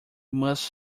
must